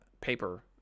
paper